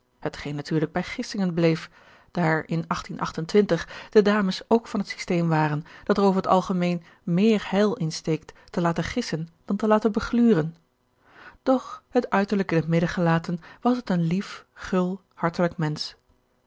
hetgeen natuurlijk bij gissingen bleef daar in de dames ook van het systeem waren dat er over het algemeen meer heil in steekt te laten gissen dan te laten begluren doch het uiterlijk in het midden gelaten was het een lief gul hartelijk mensch